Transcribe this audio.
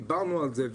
דיברנו על זה,